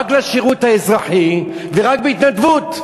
לשירות האזרחי ורק בהתנדבות.